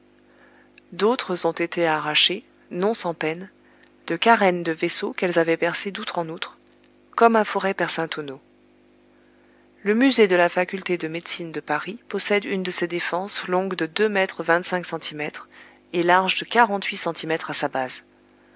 d'autres ont été arrachées non sans peine de carènes de vaisseaux qu'elles avaient percées d'outre en outre comme un foret perce un tonneau le musée de la faculté de médecine de paris possède une de ces défenses longue de deux mètres vingt-cinq centimètres et large de quarante-huit centimètres à sa base